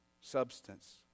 substance